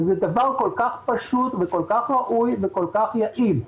זה דבר כל כך פשוט, כל כך ראוי וכל כך יעיל.